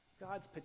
God's